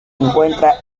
encuentran